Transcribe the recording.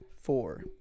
four